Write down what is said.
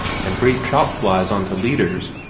and braid trout-flies on to leaders,